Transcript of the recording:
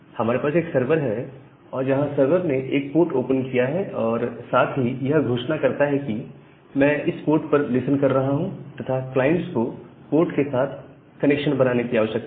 हमारे पास एक सर्वर है और जहां सरवर ने एक पोर्ट ओपन किया है और साथ ही यह घोषणा करता है कि मैं इस पोर्ट पर लिसन कर रहा हूं तथा क्लाइंट्स को पोर्ट के साथ कनेक्शन बनाने की आवश्यकता है